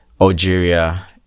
Algeria